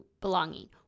belonging